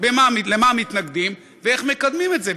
למה מתנגדים ואיך מקדמים את זה.